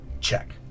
Check